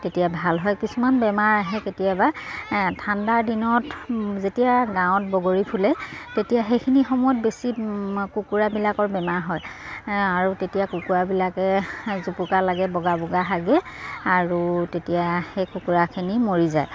তেতিয়া ভাল হয় কিছুমান বেমাৰ আহে কেতিয়াবা ঠাণ্ডাৰ দিনত যেতিয়া গাঁৱত বগৰী ফুলে তেতিয়া সেইখিনি সময়ত বেছি কুকুৰাবিলাকৰ বেমাৰ হয় আৰু তেতিয়া কুকুৰাবিলাকে জোপোকা লাগে বগা বগা হাগে আৰু তেতিয়া সেই কুকুৰাখিনি মৰি যায়